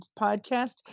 podcast